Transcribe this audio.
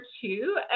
two